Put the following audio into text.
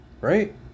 right